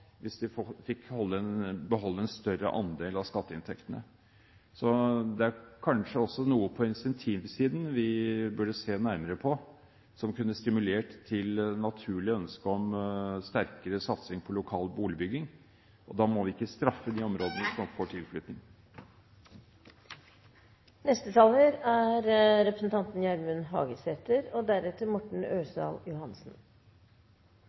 hvis de fikk beholde en større andel av skatteinntektene. Det er kanskje også noe på incentivsiden vi burde se nærmere på, som kunne stimulert til det naturlige ønsket om sterkere satsing på lokal boligbygging. Da må vi ikke straffe de områdene som får tilflytting. Grunnen til at eg tek ordet, er